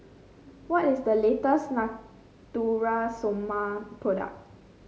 what is the latest Natura Stoma product